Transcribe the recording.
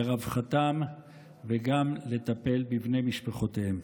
לרווחתם וגם לטפל בבני משפחותיהם.